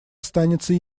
останется